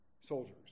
soldiers